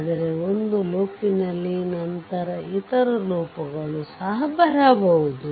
ಆದರೆ ಒಂದು ಲೂಪ್ನಲ್ಲಿ ನಂತರ ಇತರ ಲೂಪ್ಗಳು ಸಹ ಇರಬಹುದು